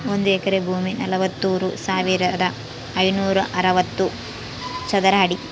ಒಂದು ಎಕರೆ ಭೂಮಿ ನಲವತ್ಮೂರು ಸಾವಿರದ ಐನೂರ ಅರವತ್ತು ಚದರ ಅಡಿ